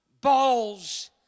balls